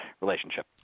relationship